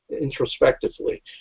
introspectively